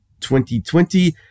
2020